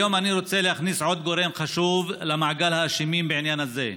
היום אני רוצה להכניס עוד גורם חשוב למעגל האשמים בעניין הזה,